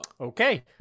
Okay